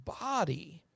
body